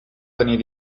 tenir